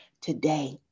today